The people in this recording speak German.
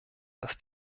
dass